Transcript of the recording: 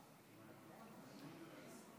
אדוני היושב-ראש,